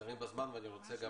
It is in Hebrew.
בבקשה.